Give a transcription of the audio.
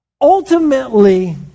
Ultimately